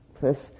first